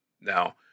Now